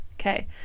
Okay